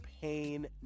pain